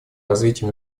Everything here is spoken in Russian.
развитии